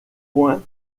point